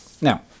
Now